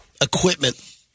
equipment